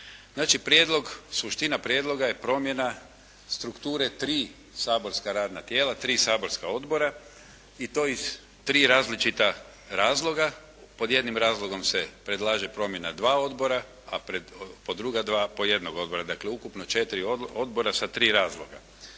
suština prijedloga je promjena strukture tri saborska radna tijela, tri saborska odbora i to iz tri različita razloga. Pod jednim razlogom se predlaže promjena 2. odbora, a po druga dva po jednog odbora, dakle, ukupno četiri odbora sa tri razloga.